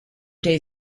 day